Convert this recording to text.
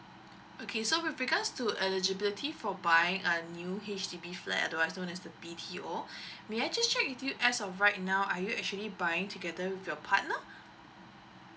okay so with regards to eligibility for buying a new H_D_B flat uh as well as the B_T_O may I just check with you as of right now are you actually buying together with your partner